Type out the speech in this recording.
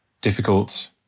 difficult